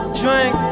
drink